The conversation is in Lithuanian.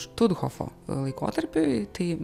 štuthofo laikotarpiui tai